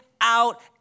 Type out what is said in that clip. out